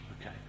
Okay